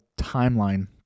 timeline